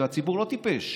הציבור לא טיפש,